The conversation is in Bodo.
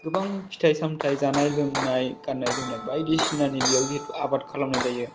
गोबां फिथाइ सामथाइ जानाय लोंनाय गाननाय जोमनाय बायदिसिनानि बेयाव जिहेतु आबाद खालामाय जायो